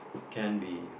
can be